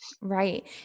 Right